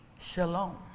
shalom